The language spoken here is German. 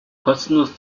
kostenlos